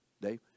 Dave